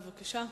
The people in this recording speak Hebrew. בבקשה.